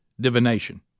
divination